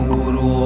Guru